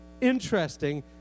interesting